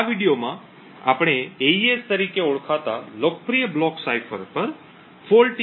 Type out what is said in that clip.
આ વિડિઓમાં આપણે એઈએસ તરીકે ઓળખાતા લોકપ્રિય બ્લોક સાઇફર પર ફોલ્ટ ઇન્જેક્શન ના હુમલાઓ તરફ ધ્યાન આપીશું